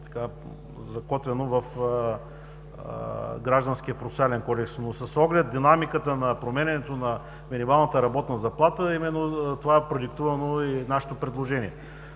закотвено в Гражданския процесуален кодекс, но с оглед динамиката на променянето на минималната работна заплата е продиктувано и нашето предложение.